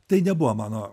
tai nebuvo mano